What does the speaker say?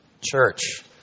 Church